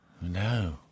No